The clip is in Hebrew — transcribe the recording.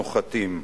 הנוחתים.